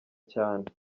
cyane